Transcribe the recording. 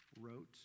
wrote